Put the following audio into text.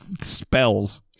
spells